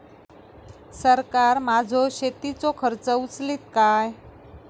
सरकार माझो शेतीचो खर्च उचलीत काय?